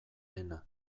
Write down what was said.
dena